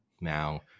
Now